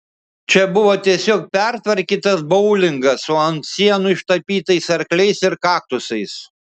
čia buvo tiesiog pertvarkytas boulingas su ant sienų ištapytais arkliais ir kaktusais